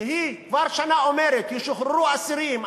היא כבר שנה אומרת: ישוחררו אסירים,